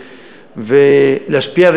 להשפיע,